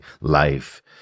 life